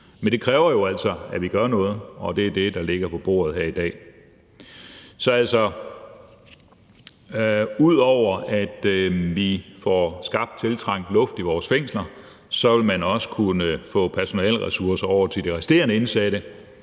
Men det kræver jo altså, at vi gør noget, og det er det, der ligger på bordet her i dag. Så ud over at vi får skabt tiltrængt luft i vores fængsler, vil man også kunne få personaleressourcer sat af til de resterende indsatte,